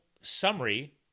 summary